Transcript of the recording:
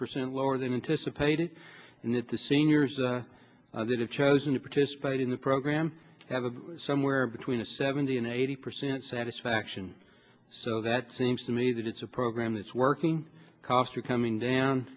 percent lower than anticipated and that the seniors that have chosen to participate in the program have somewhere between a seventy and eighty percent satisfaction so that seems to me that it's a program that's working cost are coming down